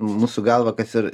mūsų galva kas ir